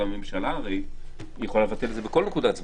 כי הממשלה הרי יכולה לבטל את זה בכל נקודת זמן.